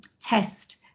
test